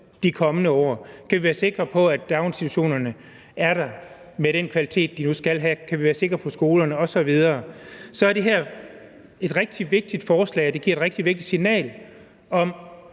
de kommende år; kan vi være sikre på, at daginstitutionerne er der med den kvalitet, som de nu skal have; kan vi være sikre på skolerne osv. – er det her et rigtig vigtigt forslag, og det giver et rigtigt vigtigt signal om,